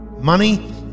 Money